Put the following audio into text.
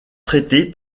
traité